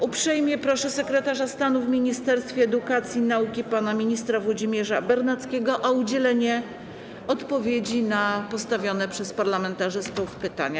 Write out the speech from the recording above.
Uprzejmie proszę sekretarza stanu w Ministerstwie Edukacji i Nauki pana ministra Włodzimierza Bernackiego o udzielenie odpowiedzi na postawione przez parlamentarzystów pytania.